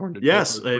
Yes